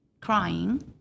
crying